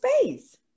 space